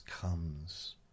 comes